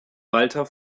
walter